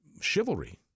chivalry